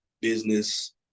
business